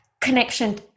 connection